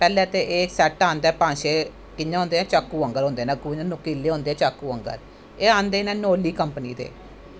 पैह्लैं ते इक तक सैट आंदा ऐ इयां होंदे नै चाकू आंह्गर होंदे नै नोकीले होंदे चाकू आंह्गर एह् आंदे नै नोरली कंपनी दे